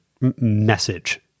message